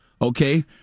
okay